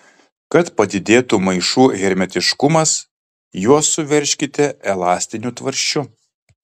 kad padidėtų maišų hermetiškumas juos suveržkite elastiniu tvarsčiu